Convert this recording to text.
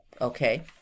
Okay